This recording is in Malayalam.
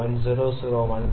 0032 ന് തുല്യമായിരിക്കും